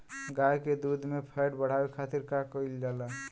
गाय के दूध में फैट बढ़ावे खातिर का कइल जाला?